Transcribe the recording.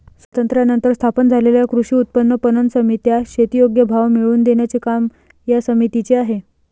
स्वातंत्र्यानंतर स्थापन झालेल्या कृषी उत्पन्न पणन समित्या, शेती योग्य भाव मिळवून देण्याचे काम या समितीचे आहे